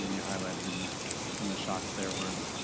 you highlighted in the in the shots there where